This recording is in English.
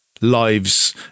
lives